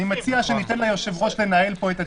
אני מציע שניתן ליושב-ראש לנהל פה את הדיון.